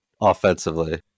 offensively